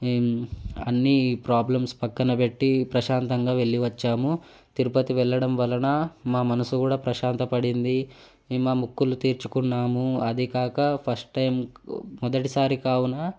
అన్నీ ప్రాబ్లమ్స్ ప్రక్కనబెట్టి ప్రశాంతంగా వెళ్ళి వచ్చాము తిరుపతి వెళ్ళడం వలన మా మనసు కూడా ప్రశాంత పడింది మా మొక్కులు తీర్చుకున్నాము అదీకాక ఫస్ట్ టైం మొదటిసారి కావునా